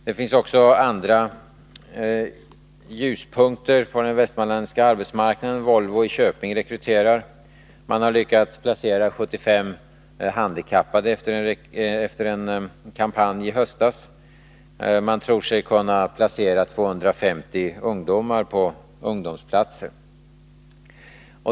Det finns också andra ljuspunkter på den västmanländska arbetsmarknaden. Volvo i Köping rekryterar. Man har efter en kampanj i höstas lyckats placera 75 handikappade. Man tror sig kunna placera 250 ungdomar på ungdomsplatser.